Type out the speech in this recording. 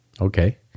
okay